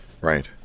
Right